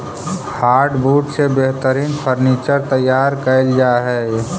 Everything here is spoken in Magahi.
हार्डवुड से बेहतरीन फर्नीचर तैयार कैल जा हइ